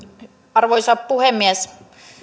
arvoisa puhemies